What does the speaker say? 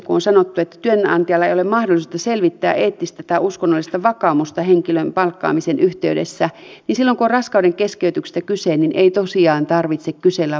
kun on sanottu että työnantajalla ei ole mahdollisuutta selvittää eettistä tai uskonnollista vakaumusta henkilön palkkaamisen yhteydessä niin silloin kun on raskaudenkeskeytyksestä kyse niin ei tosiaan tarvitse kysellä vakaumusta